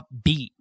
upbeat